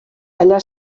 allà